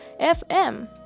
FM